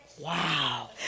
Wow